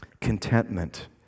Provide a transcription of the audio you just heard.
contentment